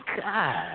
God